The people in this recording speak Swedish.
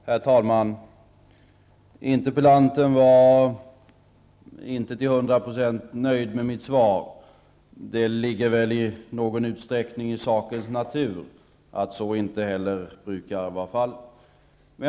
Herr talman! Interpellanten var inte hundraprocentigt nöjd med mitt svar. Det ligger väl litet i sakens natur att man inte brukar vara nöjd med svar.